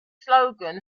slogan